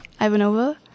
Ivanova